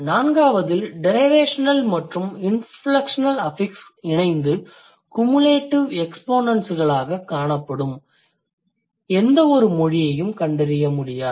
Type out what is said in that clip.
நான்காவதில் derivational மற்றும் inflectional affix இணைந்து cumulative எக்ஸ்பொனண்ட்ஸ்களாக காணப்படும் எந்தவொரு மொழியையும் கண்டறிய முடியாது